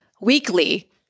weekly